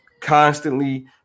constantly